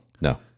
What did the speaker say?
No